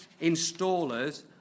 installers